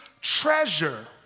treasure